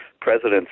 presidents